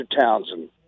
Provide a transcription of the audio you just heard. Townsend